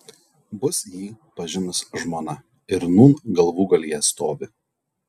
bus jį pažinus žmona ir nūn galvūgalyje stovi